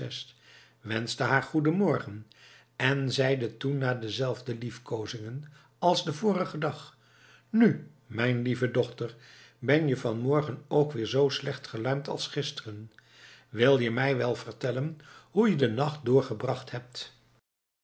wenschte haar goeden morgen en zeide toen na dezelfde liefkoozingen als den vorigen dag nu mijn lieve dochter ben je vanmorgen ook weer zoo slecht geluimd als gisteren wil je mij wel vertellen hoe je den nacht doorgebracht hebt